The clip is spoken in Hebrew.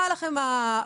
הייתה לכם החובה,